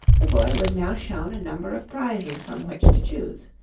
the boy was now shown a number of prizes from which to choose.